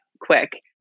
quick